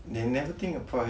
they never think